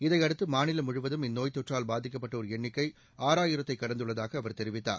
இதையடுத்து மாநிலம் முழுவதும் இந்நோய்த்தொற்றால் பாதிக்கப்பட்டோர் எண்ணிக்கை ஆறாயிரத்தை கடந்துள்ளதாக அவர் தெரிவித்தார்